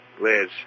Liz